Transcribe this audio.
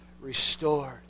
restored